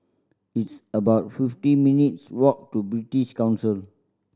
it's about fifty minutes' walk to British Council